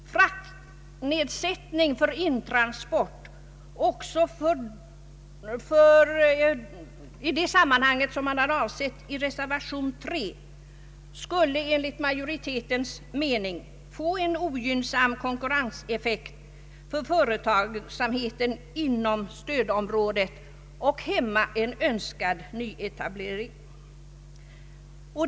Fraktnedsättning för intransport även i det sammanhang som har avsetts i reservation nr 3 skulle enligt utskottsmajoritetens mening få en ogynnsam konkurrenseffekt på företagsamheten inom stödområdet och hämma en önskad nyetablering.